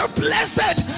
blessed